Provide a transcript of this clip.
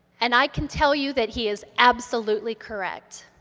and i can tell you that he is absolutely correct.